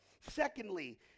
Secondly